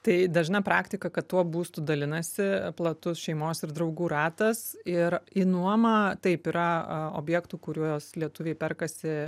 tai dažna praktika kad tuo būstu dalinasi platus šeimos ir draugų ratas ir į nuomą taip yra a objektų kuriuos lietuviai perkasi